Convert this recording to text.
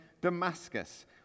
Damascus